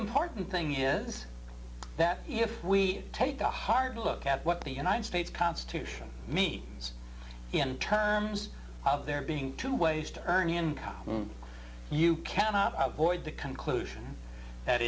important thing is that if we take a hard look at what the united states constitution me in terms of there being two ways to earn income you cannot avoid the conclusion that